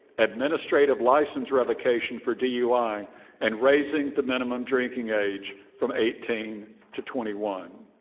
administrative license revocation for dui and raising the minimum drinking age from eighteen to twenty one.